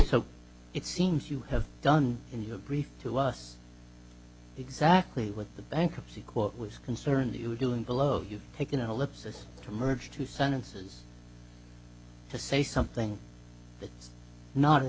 so it seems you have done in your brief to us exactly what the bankruptcy court was concerned you were doing below you've taken a lip service to merge two sentences to say something that is not at